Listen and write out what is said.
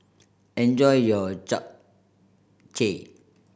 enjoy your Japchae